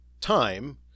time